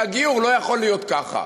שהגיור לא יכול להיות ככה,